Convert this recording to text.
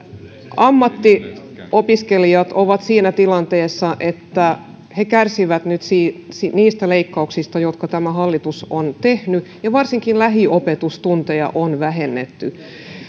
ammattiopiskelijat ovat siinä tilanteessa että he kärsivät nyt niistä leikkauksista jotka tämä hallitus on tehnyt ja varsinkin lähiopetustunteja on vähennetty